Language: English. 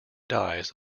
dies